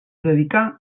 dedicà